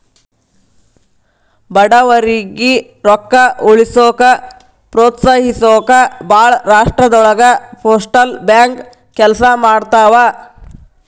ಬಡವರಿಗಿ ರೊಕ್ಕ ಉಳಿಸೋಕ ಪ್ರೋತ್ಸಹಿಸೊಕ ಭಾಳ್ ರಾಷ್ಟ್ರದೊಳಗ ಪೋಸ್ಟಲ್ ಬ್ಯಾಂಕ್ ಕೆಲ್ಸ ಮಾಡ್ತವಾ